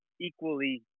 equally